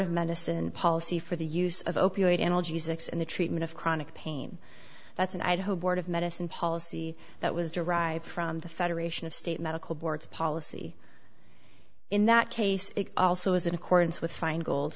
of medicine policy for the use of opioid analgesics in the treatment of chronic pain that's in idaho board of medicine policy that was derived from the federation of state medical boards policy in that case it also is in accordance with feingold